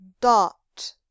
dot